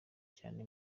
cyane